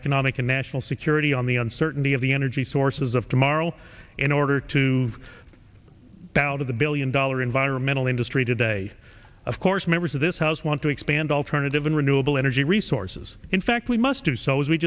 economic and national security on the uncertainty of the energy sources of tomorrow in order to bow out of the billion dollar environmental industry today of course members of this house want to expand alternative and renewable energy resources in fact we must do so